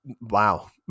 Wow